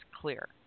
clear